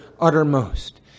uttermost